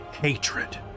hatred